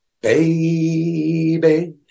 baby